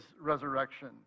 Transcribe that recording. resurrection